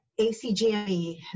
ACGME